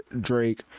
drake